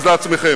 אז לעצמכם.